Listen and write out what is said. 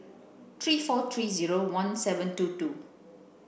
three four three zero one seven two two